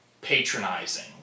patronizing